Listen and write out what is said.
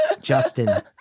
Justin